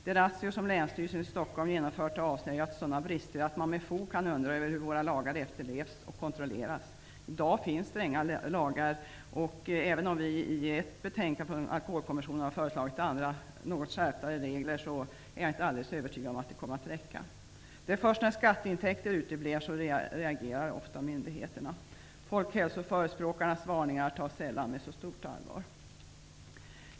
De razzior som Länsstyrelsen i Stockholm genomfört har avslöjat sådana brister att man med fog kan undra hur våra lagar efterlevs och kontrolleras. I dag finns stränga regler. Trots att vi i ett betänkande från Alkoholkommissionen har föreslagit vissa skärpningar av reglerna är jag inte helt övertygad om att det kommer att räcka. Det är ofta först när skatteintäkter uteblir som myndigheterna reagerar. Folkhälsoförespråkarnas varningar tas sällan med så stort allvar.